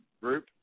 group